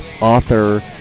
author